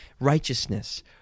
righteousness